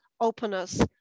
openness